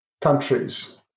countries